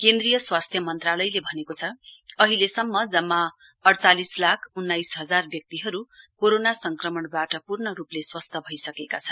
केन्द्रीय स्वास्थ्य मन्त्रालपयले भनेको छ अहिलेसम्म जम्मा अइचालिस लाख उन्नाइस हजार व्यक्तिहरू कोरोना संक्रमणबाट पूर्ण रूपले स्वस्थ्य भइसकेका छन्